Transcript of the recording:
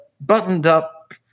buttoned-up